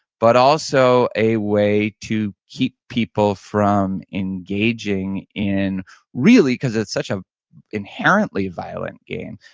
but also a way to keep people from engaging in really because it's such an inherently violent game.